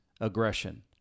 aggression